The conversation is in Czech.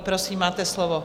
Prosím, máte slovo.